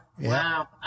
Wow